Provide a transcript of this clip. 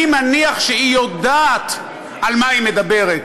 אני מניח שהיא יודעת על מה היא מדברת,